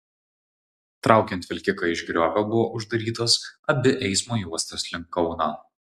traukiant vilkiką iš griovio buvo uždarytos abi eismo juostos link kauno